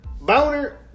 Boner